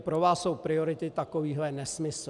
Pro vás jsou priority takovéhle nesmysly.